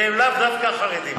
והם לאו דווקא חרדים.